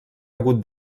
hagut